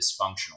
dysfunctional